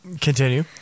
Continue